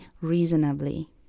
reasonably